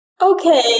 Okay